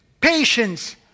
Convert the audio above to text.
patience